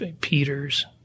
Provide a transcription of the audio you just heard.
Peter's